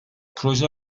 proje